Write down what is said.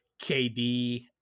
KD